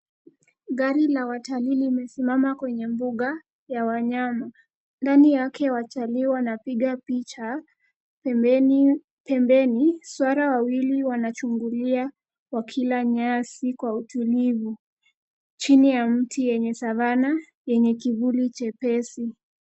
Gari la watalii limesimama kwenye mbuga ya wanyama. Ndani yake watalii wanapiga picha pembeni swara wawili wanachungulia wakila nyasi kwa utulivu. Chini ya mti yenye savanna yenye kivuli chepesi.